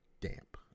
damp